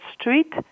Street